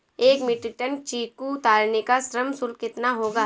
एक metric ton चीकू उतारने का श्रम शुल्क कितना होगा?